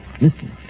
Listen